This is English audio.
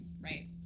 right